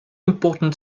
important